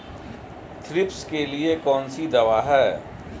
Thrips के लिए कौन सी दवा है?